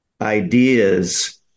ideas